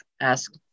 ask